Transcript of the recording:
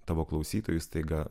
tavo klausytojų staiga